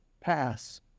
pass